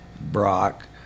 Brock